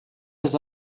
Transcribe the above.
das